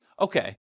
okay